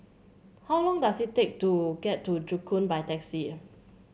how long does it take to get to Joo Koon by taxi